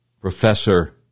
professor